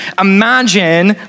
imagine